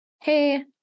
hey